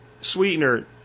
sweetener